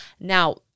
Now